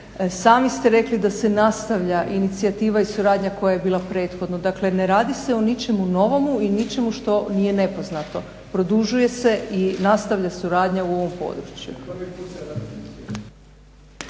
Sami ste rekli da se nastavlja inicijativa i suradnja koja je bila prethodno. Dakle, ne radi se o ničemu novomu i ničemu što nije nepoznato. Produžuje se i nastavlja suradnja u ovom području.